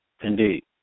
Indeed